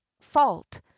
fault